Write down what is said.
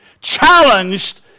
challenged